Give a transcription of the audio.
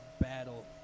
battle